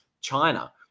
China